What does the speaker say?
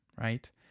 right